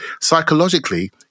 Psychologically